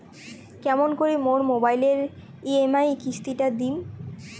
কেমন করি মোর মোবাইলের ই.এম.আই কিস্তি টা দিম?